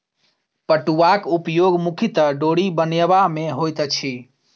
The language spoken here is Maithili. पटुआक उपयोग मुख्यतः डोरी बनयबा मे होइत अछि